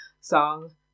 song